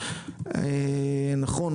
נכון,